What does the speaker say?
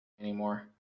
anymore